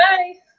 Bye